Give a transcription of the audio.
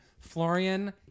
Florian